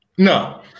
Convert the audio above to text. No